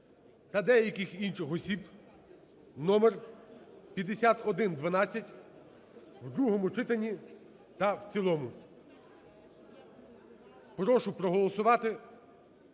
та деяких інших осіб (номер 5112) в другому читанні та в цілому. Прошу проголосувати,